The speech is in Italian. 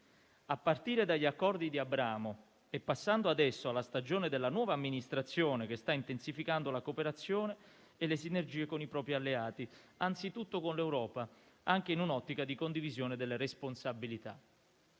a partire dagli Accordi di Abramo e passando adesso alla stagione della nuova Amministrazione che sta intensificando la cooperazione e le sinergie con i propri alleati, anzitutto con l'Europa, anche in un'ottica di condivisione delle responsabilità.